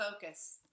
focus